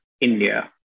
India